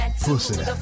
Pussy